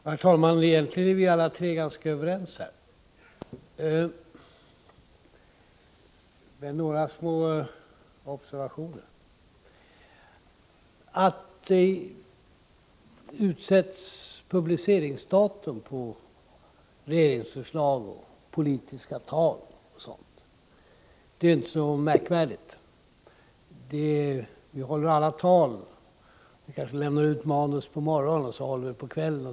Herr talman! Egentligen är vi alla tre ganska överens i detta fall. Några små observationer: Att man anger publiceringsdatum på regeringsförslag, politiska tal m.m. är inte så märkvärdigt. Vi håller alla tal, och vi kanske lämnar ut manus på morgonen och håller talen på kvällen.